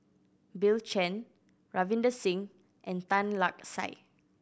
Bill Chen Ravinder Singh and Tan Lark Sye